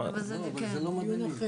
אני יודע זה לא מדענים,